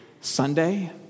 Sunday